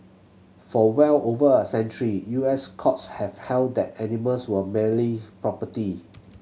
for well over a century U S courts have held that animals were merely property